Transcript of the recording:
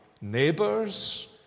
neighbors